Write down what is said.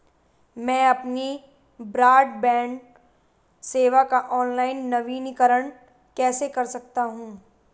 मैं अपनी ब्रॉडबैंड सेवा का ऑनलाइन नवीनीकरण कैसे कर सकता हूं?